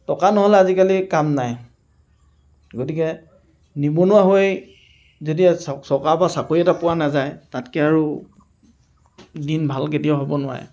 টকা নহ'লে আজিকালি কাম নাই গতিকে নিবনুৱা হৈ যদি চৰকাৰৰ পৰা চাকৰি এটা পোৱা নাযায় তাতকৈ আৰু দিন ভাল কেতিয়াও হ'ব নোৱাৰে